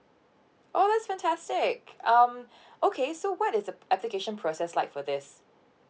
oh that's fantastic um okay so what is the application process like for this